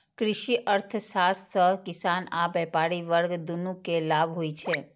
कृषि अर्थशास्त्र सं किसान आ व्यापारी वर्ग, दुनू कें लाभ होइ छै